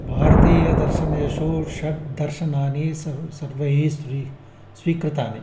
भारतीयदर्शनेषु षड् दर्शनानि सर् सर्वैः स्वि स्वीकृतानि